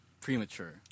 premature